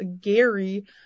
Gary